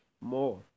more